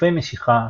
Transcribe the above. מסופי משיכה,